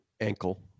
Ankle